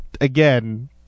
again